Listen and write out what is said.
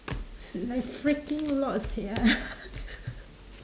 ~s like freaking lot sia